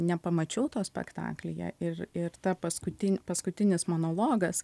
nepamačiau to spektaklyje ir ir tą paskutin paskutinis monologas